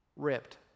ripped